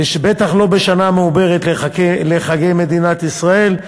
בטח לא בשנה מעוברת, לחגי מדינת ישראל.